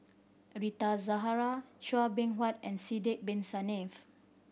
Rita Zahara Chua Beng Huat and Sidek Bin Saniff